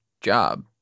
job